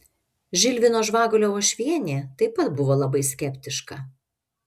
žilvino žvagulio uošvienė taip pat buvo labai skeptiška